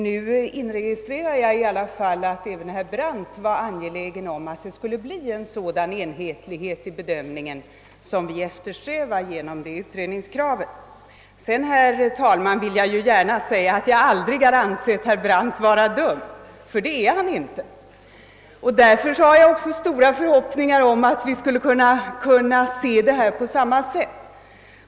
Nu inregistrerar jag i alla fall att även herr Brandt är angelägen om att det blir en sådan enhetlighet vid bedömningen som vi eftersträvat genom vårt utredningskrav. Sedan vill jag gärna säga, att jag aldrig ansett herr Brandt vara dum; det är han inte. Därför har jag också stora förhoppningar om att vi skall kunna se den här saken på samma sätt.